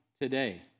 today